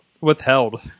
withheld